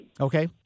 Okay